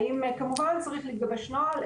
האם כמובן צריך להתגבש נוהל,